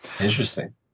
Interesting